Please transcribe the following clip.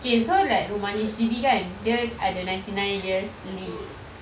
okay so like rumah H_D_B kan dia ada ninety nine years lease